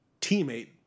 teammate